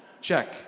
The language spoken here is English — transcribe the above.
Check